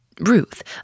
Ruth